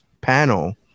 panel